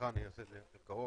מה עשה השינוי.